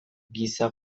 giza